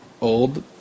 old